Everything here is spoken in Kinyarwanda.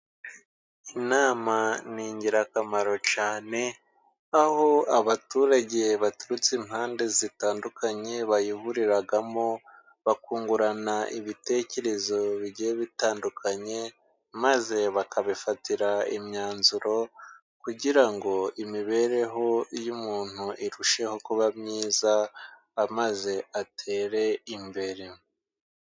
Inama ni igirakamaro cyane, aho abaturage baturutse impande zitandukanye bayiburiramo, bakungurana ibitekerezo bigiye bitandukanye, maze bakabifatira imyanzuro, kugira ngo imibereho y'umuntuntu irusheho kuba myiza amaze atere imbere.